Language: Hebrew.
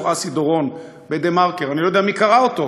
אסי דורון ב"דה-מרקר"; אני לא יודע מי קרא אותו,